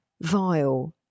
vile